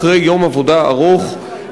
אחרי יום עבודה ארוך,